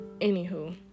Anywho